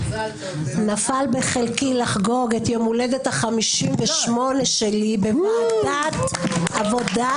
נפל בחלקי לחגוג את יום ההולדת ה-58 שלי בוועדת החוקה.